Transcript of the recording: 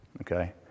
okay